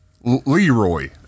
Leroy